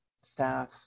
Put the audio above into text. staff